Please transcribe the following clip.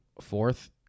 fourth